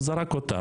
שזרק".